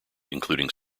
including